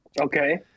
okay